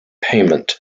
payment